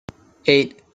eight